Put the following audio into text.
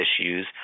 issues